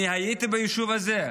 אני הייתי ביישוב הזה,